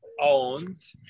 owns